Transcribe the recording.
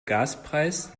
gaspreis